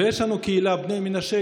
ויש לנו קהילת בני מנשה,